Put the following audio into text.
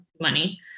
money